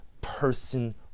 person